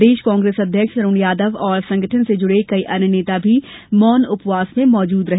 प्रदेश कांग्रेस अध्यक्ष अरुण यादव और संगठन से जुड़े कई अन्य नेता भी मौन उपवास में मौजूद रहे